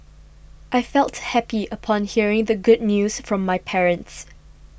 I felt happy upon hearing the good news from my parents